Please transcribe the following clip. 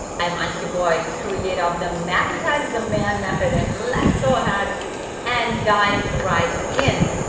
i'm antia boyd, creator of the magnetize the man method and let's go ahead and dive right in.